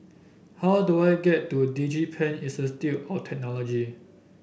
how do I get to DigiPen Institute of Technology